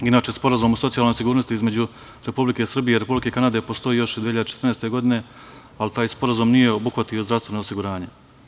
Inače, Sporazum o socijalnoj sigurnosti između Republike Srbije i Republike Kanade postoji još od 2014. godine, ali taj sporazum nije obuhvatio zdravstveno osiguranje.